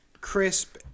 crisp